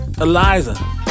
Eliza